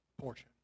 portion